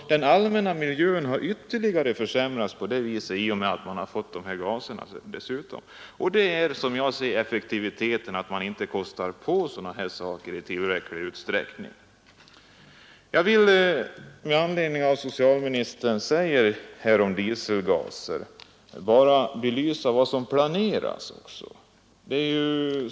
Den allmänna miljön har dessutom ytterligare försämrats genom att dessa gaser tillkommit. Detta beror, som jag ser det, på att man i effektivitetsjakten inte kostar på någon förbättring av sådana saker i tillräcklig utsträckning Jag vill med anledning av vad socialministern säger om dieselgaser belysa vad som planeras.